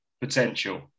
potential